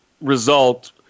result